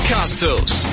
Costos